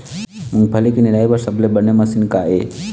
मूंगफली के निराई बर सबले बने मशीन का ये?